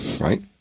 right